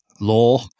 law